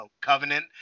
covenant